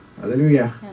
Hallelujah